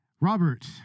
Robert